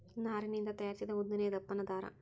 ನಾರಿನಿಂದ ತಯಾರಿಸಿದ ಉದ್ದನೆಯ ದಪ್ಪನ ದಾರಾ